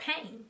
pain